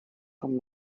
vom